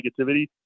negativity